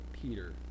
Peter